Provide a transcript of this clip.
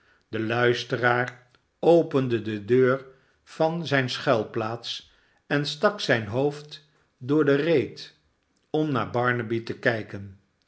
de luisteraar opende de deur van zijne schuilplaats en stak zijn hoofd door de reet om naar barnaby te kijken